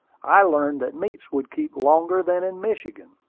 i learned that meats would keep longer than in michigan.